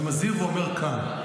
אני מזהיר ואומר כאן,